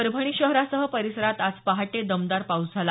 परभणी शहरासह परिसरात आज पहाटे दमदार पाऊस झाला